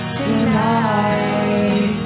tonight